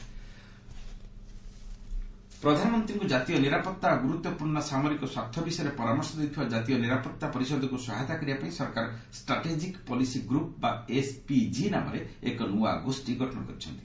ଗମେଣ୍ଟ security SPG ପ୍ରଧାନମନ୍ତ୍ରୀଙ୍କୁ ଜାତୀୟ ନିରାପତ୍ତା ଓ ଗୁରୁତ୍ୱପୂର୍ଣ୍ଣ ସାମରିକ ସ୍ୱାର୍ଥ ବିଷୟରେ ପରାମର୍ଶ ଦେଉଥିବା ଜାତୀୟ ନିରାପତ୍ତା ପରିଷଦକୁ ସହାୟତା କରିବା ପାଇଁ ସରକାର ଷ୍ଟ୍ରାଟେଜିକ୍ ପଲିସି ଗ୍ରପ୍ ବା ଏସ୍ପିଜି ନାମରେ ଏକ ନୂଆ ଗୋଷ୍ଠୀ ଗଠନ କରିଛନ୍ତି